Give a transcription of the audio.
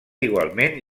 igualment